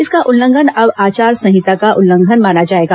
इसका उल्लंघन अब आचार संहिता का उल्लंघन माना जाएगा